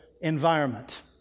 environment